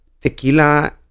tequila